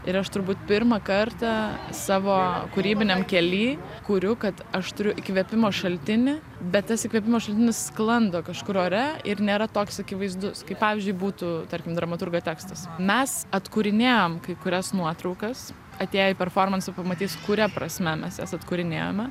ir aš turbūt pirmą kartą savo kūrybiniam kelyj kuriu kad aš turiu įkvėpimo šaltinį bet tas įkvėpimo šaltinis sklando kažkur ore ir nėra toks akivaizdus kaip pavyzdžiui būtų tarkim dramaturgo tekstas mes atkūrinėjam kai kurias nuotraukas atėję į performansą pamatysit kuria prasme mes jas atkūrinėjame